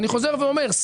אני חוזר ואומר,